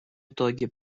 итоге